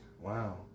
wow